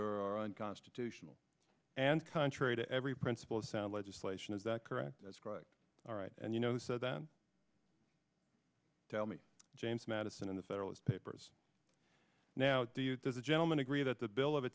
are unconstitutional and contrary to every principle of sound legislation is that correct that's correct all right and you know so that tell me james madison in the federalist papers now do you does the gentleman agree that the bill of